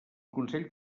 consell